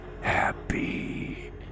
Happy